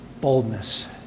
boldness